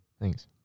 Thanks